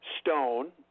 stone